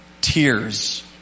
tears